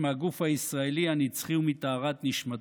מהגוף הישראלי הנצחי ומטהרת נשמתו.